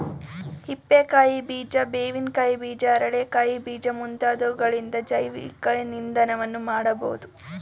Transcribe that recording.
ಹಿಪ್ಪೆ ಕಾಯಿ ಬೀಜ, ಬೇವಿನ ಕಾಯಿ ಬೀಜ, ಅರಳೆ ಕಾಯಿ ಬೀಜ ಮುಂತಾದವುಗಳಿಂದ ಜೈವಿಕ ಇಂಧನವನ್ನು ಮಾಡಬೋದು